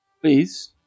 Please